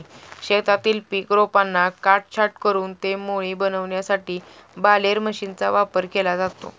शेतातील पीक रोपांना काटछाट करून ते मोळी बनविण्यासाठी बालेर मशीनचा वापर केला जातो